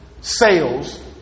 sales